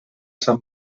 sant